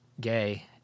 gay